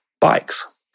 bikes